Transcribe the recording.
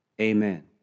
Amen